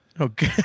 Okay